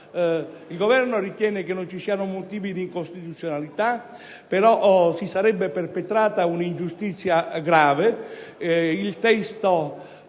Il Governo ritiene che non ci siano motivi di incostituzionalità, ma che si sarebbe perpetrata un'ingiustizia grave;